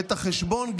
את החשבון,